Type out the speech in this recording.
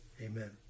amen